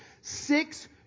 Six